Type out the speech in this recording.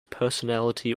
personality